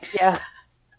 Yes